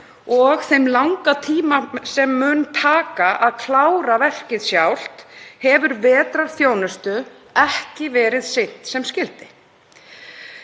og þeim langa tíma sem mun taka að klára verkið sjálft hefur vetrarþjónustu ekki verið sinnt sem skyldi.